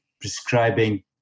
prescribing